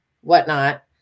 whatnot